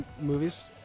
movies